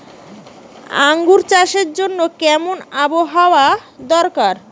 আঙ্গুর চাষের জন্য কেমন আবহাওয়া দরকার?